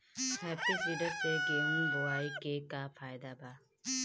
Happy seeder से गेहूं बोआई के का फायदा बा?